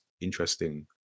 interesting